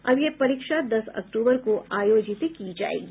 अब यह परीक्षा दस अक्टूबर को आयोजित की जायेगी